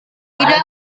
tidak